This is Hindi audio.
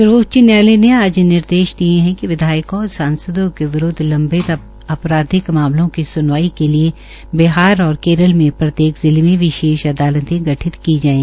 सर्वोच्च न्यायालय ने आज निर्देश दिए है कि विधायकों और सांसदों के विरूदव लम्बित अपराधिक मामलों की सुनवाई के लिए बिहार और केरल में प्रत्येक जिले मे विशेष अदालते गठित की जाये